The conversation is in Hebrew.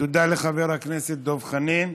תודה לחבר הכנסת דב חנין.